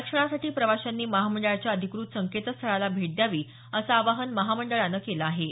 आरक्षणासाठी प्रवाशांनी महामंडळाच्या अधिकृत संकेतस्थळाला भेट द्यावी असं आवाहन महामंडळानं केलं आहे